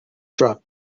truck